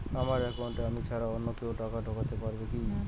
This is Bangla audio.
আমার একাউন্টে আমি ছাড়া অন্য কেউ টাকা ঢোকাতে পারবে কি?